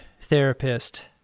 therapist